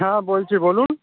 হ্যাঁ বলছি বলুন